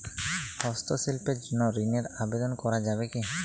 হস্তশিল্পের জন্য ঋনের আবেদন করা যাবে কি?